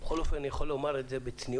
בכל אופן, אני יכול לומר את זה בצניעות: